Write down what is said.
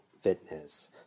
fitness